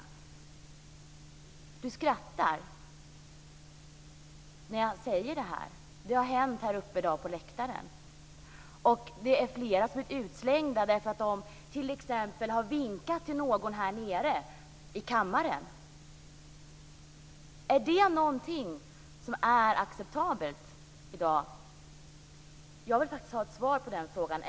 Göran Magnusson skrattar när jag säger det här, men det har hänt här uppe på läktaren i dag. Det är flera som har blivit utslängda, därför att de hade vinkat till någon här nere i kammaren. Är det någonting som är acceptabelt i dag? Jag vill ha ett svar på den frågan.